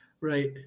right